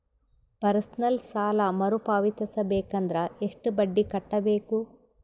Personal ಸಾಲ ಮರು ಪಾವತಿಸಬೇಕಂದರ ಎಷ್ಟ ಬಡ್ಡಿ ಕಟ್ಟಬೇಕು?